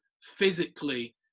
physically